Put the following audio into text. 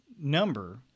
number